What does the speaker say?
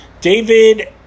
David